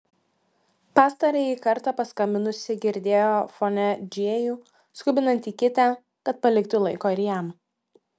pastarąjį kartą paskambinusi girdėjo fone džėjų skubinantį kitę kad paliktų laiko ir jam